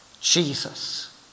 Jesus